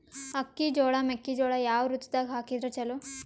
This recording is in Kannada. ಅಕ್ಕಿ, ಜೊಳ, ಮೆಕ್ಕಿಜೋಳ ಯಾವ ಋತುದಾಗ ಹಾಕಿದರ ಚಲೋ?